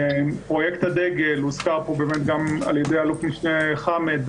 פרויקט הדגל הוזכר פה באמת גם על ידי אלוף משנה חאמד,